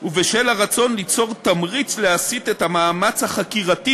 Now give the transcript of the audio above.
ובשל הרצון ליצור תמריץ להסיט את המאמץ החקירתי